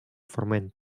forment